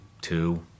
two